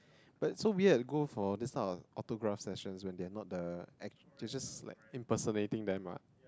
but so weird go for this type of autograph session when they are not the act they just like impersonating them what